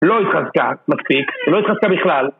לא התחזקה, מפסיק, לא התחזקה בכלל